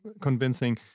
convincing